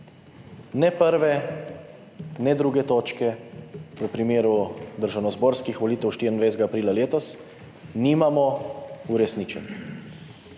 Ne prve ne druge točke v primeru državnozborskih volitev 24. aprila letos nimamo uresničen.